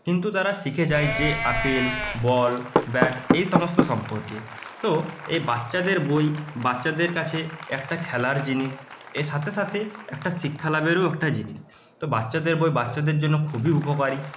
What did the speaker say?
কিন্তু তারা শিখে যায় যে আপেল বল ব্যাট এই সমস্ত সম্পর্কে তো এই বাচ্চাদের বই বাচ্চাদের কাছে একটা খেলার জিনিস এ সাথে সাথে একটা শিক্ষা লাভেরও একটা জিনিস তো বাচ্চাদের বই বাচ্চাদের জন্য খুবই উপকারী